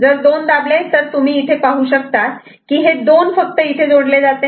जर दोन दाबले तर तुम्ही पाहू शकतात की हे दोन फक्त इथे जोडले जाते